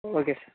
okay sir